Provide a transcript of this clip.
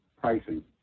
pricing